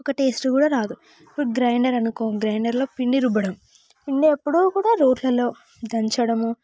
ఒక టేస్ట్ కూడా రాదు ఇప్పుడు గ్రైండర్ అనుకో గ్రైండర్ లో పిండి రుబ్బుడం పిండి అప్పుడు రోట్లలో దంచడము